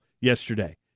yesterday